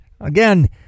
Again